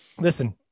Listen